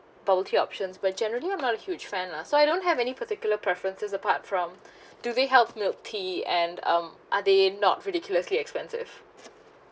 bubble tea options but generally I'm not a huge fan lah so I don't have any particular preferences apart from do they have milk tea and um are they not ridiculously expensive